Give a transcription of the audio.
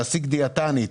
להשיג דיאטנית,